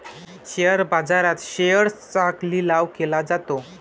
share बाजारात शेअर्सचा लिलाव केला जातो